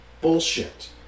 bullshit